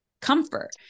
comfort